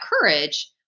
courage